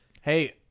Hey